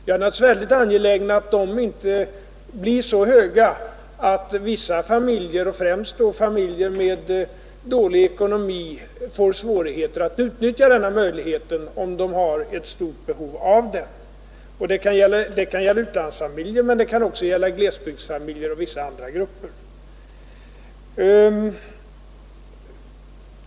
Vi är givetvis mycket angelägna om att avgifterna inte blir så höga att vissa familjer — främst då familjer med dålig ekonomi — får svårigheter att utnyttja denna möjlighet, om de har ett stort behov av att kunna göra det. Detta kan gälla såväl utlandssvenska familjer som glesbygdsfamiljer och andra grupper.